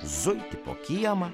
zuiti po kiemą